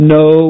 no